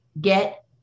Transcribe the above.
get